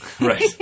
Right